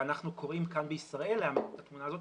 ואנחנו קוראים כאן בישראל לאמץ את התמונה הזאת,